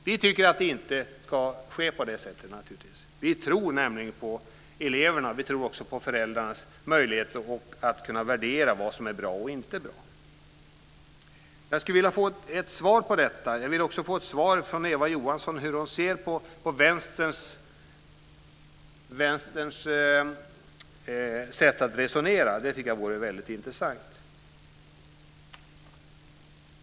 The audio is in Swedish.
Vi tycker naturligtvis inte att det ska gå till så. Vi tror nämligen på eleverna. Vi tror också på föräldrarnas möjlighet att värdera vad som är bra och inte bra. Jag skulle vilja få ett svar från Lennart Gustavsson. Jag vill också få svar från Eva Johansson om hur hon ser på Vänsterns sätt att resonera. Det vore väldigt intressant.